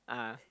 (uh huh)